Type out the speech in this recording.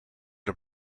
and